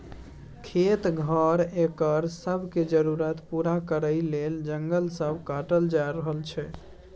खेत, घर, एकर सब के जरूरत पूरा करइ लेल जंगल सब काटल जा रहल छै